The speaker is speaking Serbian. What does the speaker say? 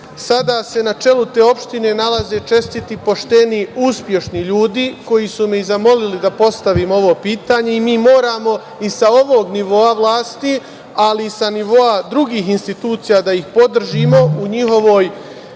Sada se na čelu te opštine nalaze čestiti, pošteni, uspešni ljudi, koji su me i zamolili da postavim ovo pitanje. Mi moramo i sa ovog nivoa vlasti, ali i sa nivoa drugih institucija da ih podržimo u njihovoj